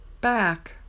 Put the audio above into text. back